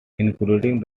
including